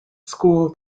school